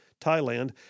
Thailand